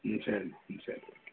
ம் சரிம்மா ம் சரி ஓகே